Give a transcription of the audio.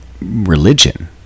religion